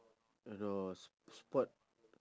oh no s~ sport